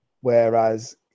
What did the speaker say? whereas